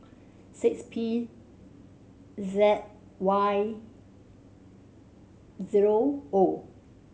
six P Z Y zero O